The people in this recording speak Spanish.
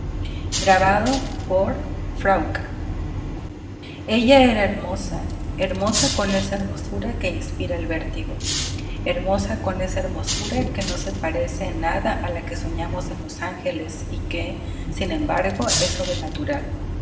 lla era hermosa hermosa con esa hermosura que inspira el vértigo hermosa con esa hermosura que no se parece en nada á la que soñamos en los ángeles y que sin embargo es sobrenatural